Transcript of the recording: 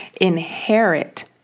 Inherit